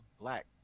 black